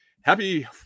Happy